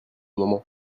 moment